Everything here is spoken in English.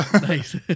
Nice